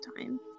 time